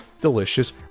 delicious